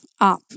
up